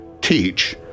teach